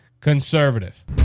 conservative